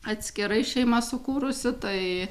atskirai šeimą sukūrusi tai